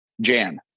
Jan